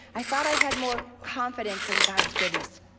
i thought i had more confidence in god's goodness,